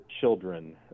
children